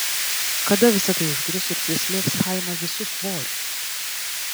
kada visa tai užgrius ir prislėgs chaimą visu svoriu